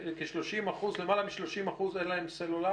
למעלה מ-30% אין להם סלולרי?